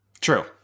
True